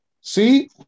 See